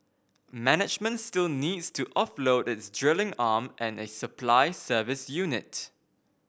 management still needs to offload its drilling arm and a supply service unit